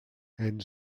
and